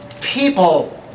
people